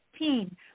15